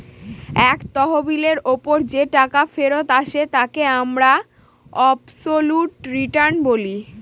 এক তহবিলের ওপর যে টাকা ফেরত আসে তাকে আমরা অবসোলুট রিটার্ন বলি